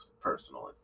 personally